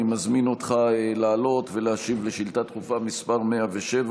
אני מזמין אותך לעלות ולהשיב על שאילתה דחופה מס' 107,